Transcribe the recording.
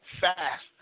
fast